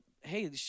hey